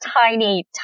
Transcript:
tiny